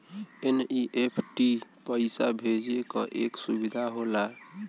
NEFT पइसा भेजे क एक सुविधा होला